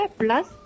plus